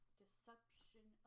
deception